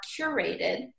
curated